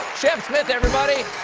shep smith, everybody!